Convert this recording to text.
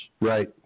Right